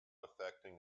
affecting